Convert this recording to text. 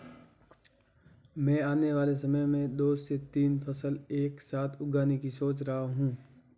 मैं आने वाले समय में दो से तीन फसल एक साथ उगाने की सोच रहा हूं